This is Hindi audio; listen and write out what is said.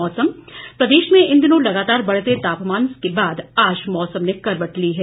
मौसम प्रदेश में इन दिनों लगातार बढ़ते तापमान के बाद आज मौसम ने करवट ली है